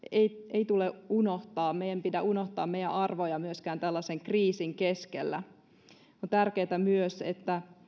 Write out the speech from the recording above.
ei tule unohtaa meidän ei pidä unohtaa meidän arvojamme myöskään tällaisen kriisin keskellä on tärkeätä myös että